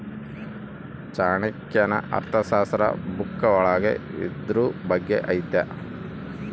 ಚಾಣಕ್ಯನ ಅರ್ಥಶಾಸ್ತ್ರ ಬುಕ್ಕ ಒಳಗ ಇದ್ರೂ ಬಗ್ಗೆ ಐತಿ